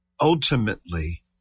ultimately